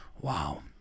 Wow